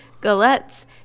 Galettes